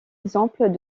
exemple